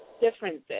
differences